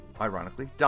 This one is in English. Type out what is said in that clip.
ironically